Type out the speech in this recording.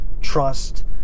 Trust